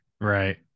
Right